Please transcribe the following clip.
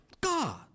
God